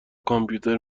کامپیوتر